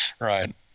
Right